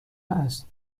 است